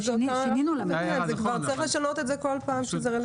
צריך לשנות את זה כל פעם שזה רלוונטי.